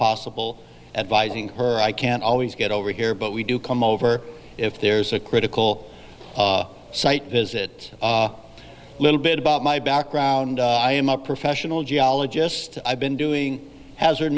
possible at biting her i can't always get over here but we do come over if there's a critical site visit a little bit about my background i am a professional geologist i've been doing hazard